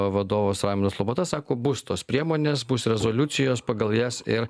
vadovas raimundas lopata sako bus tos priemonės bus rezoliucijos pagal jas ir